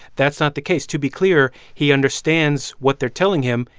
that's not the case. to be clear, he understands what they're telling him,